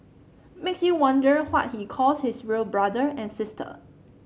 makes you wonder what he calls his real brother and sister